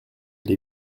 les